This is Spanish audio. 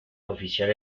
oficial